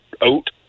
oat